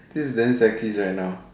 this is damn sexist right now